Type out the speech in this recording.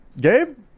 Gabe